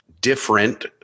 different